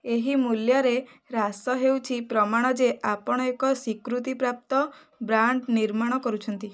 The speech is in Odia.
ଏହି ମୂଲ୍ୟରେ ହ୍ରାସ ହେଉଛି ପ୍ରମାଣ ଯେ ଆପଣ ଏକ ସ୍ୱୀକୃତି ପ୍ରାପ୍ତ ବ୍ରାଣ୍ଡ୍ ନିର୍ମାଣ କରୁଛନ୍ତି